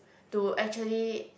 to actually